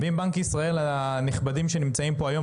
נציגי בנק ישראל הנכבדים שנמצאים פה היום,